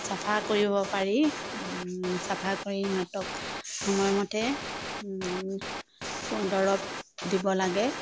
চাফা কৰিব পাৰি চাফা কৰি সিহঁতক সময়মতে দৰৱ দিব লাগে